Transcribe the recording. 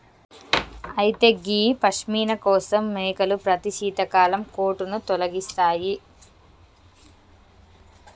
అయితే గీ పష్మిన కోసం మేకలు ప్రతి శీతాకాలం కోటును తొలగిస్తాయి